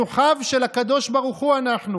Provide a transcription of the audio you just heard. שלוחיו של הקדוש ברוך הוא אנחנו.